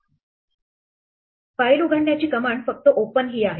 file उघडण्याची command फक्त open ही आहे